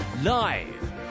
Live